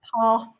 path